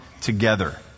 together